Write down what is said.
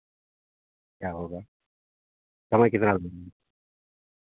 क्या होगा समय कितना लगेंगे